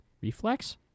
Reflex